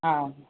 हा